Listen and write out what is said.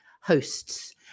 hosts